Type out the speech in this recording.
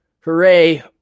Hooray